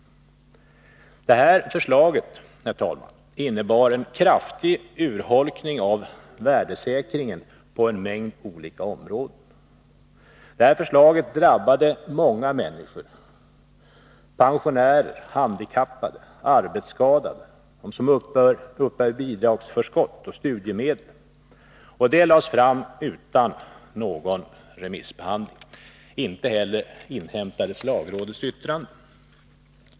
Förslaget innebar en kraftig urholkning av värdesäkringen på en mängd olika områden. Förslaget drabbade många människor: pensionärer, handikappade, arbetsskadade, de som uppbär bidragsförskott och studiemedel. Det lades fram utan någon remissbehandling. Inte heller inhämtades lagrådets yttrande.